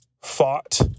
fought